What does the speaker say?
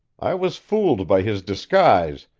i was fooled by his disguise,